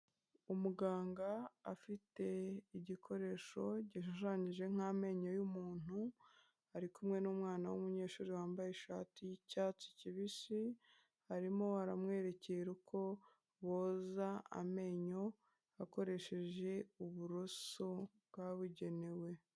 Umuganga afite igikoresho gishushanyije nk'amenyo y'umuntu, ari kumwe n'umwana w'umunyeshuri wambaye ishati y'icyatsi kibisi, arimo aramwerekera uko boza amenyo akoresheje uburoso bwabugenewe.